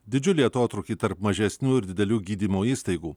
didžiulį atotrūkį tarp mažesnių ir didelių gydymo įstaigų